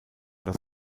das